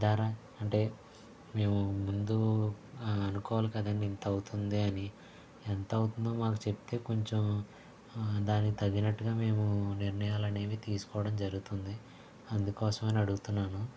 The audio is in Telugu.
ధర అంటే మేము ముందు అనుకోవాలి కదండీ ఇంత అవుతుంది అని ఎంత అవుతుందో మాకు చెప్తే కొంచెం దాని తగినట్టుగా మేము నిర్ణయాలనేవి తీసుకోవడం జరుగుతుంది అందుకోసమని అడుగుతున్నాను